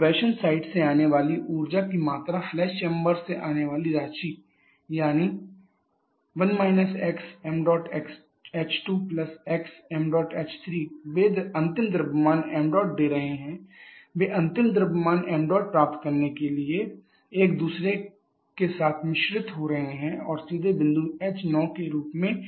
compression side से आने वाली ऊर्जा की मात्रा प्लस फ्लैश चैंबर से आने वाली राशि यानी 1 xmh2xm वे अंतिम द्रव्यमान ṁ दे रहे हैं वे अंतिम द्रव्यमान m डॉट प्राप्त करने के लिए एक दूसरे के साथ मिश्रित हो रहे हैं और सीधे बिंदु h9 के रूप में आ रहे हैं